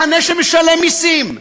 מחנה שמשלם מסים,